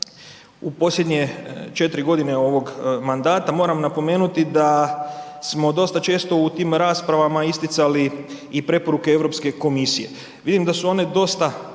u posljednje 4 g. ovog mandata, moram napomenuti da smo dosta često u tim raspravama isticali i preporuke Europske komisije. Vidim da su one dosta